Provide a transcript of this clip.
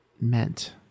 meant